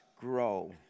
grow